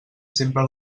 sempre